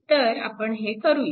तर आपण हे करूया